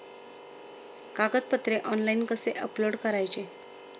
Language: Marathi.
कागदपत्रे ऑनलाइन कसे अपलोड करायचे?